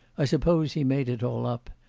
i suppose he made it all up.